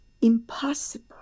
impossible